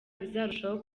bizarushaho